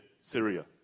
Syria